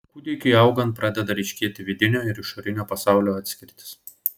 kūdikiui augant pradeda ryškėti vidinio ir išorinio pasaulio atskirtis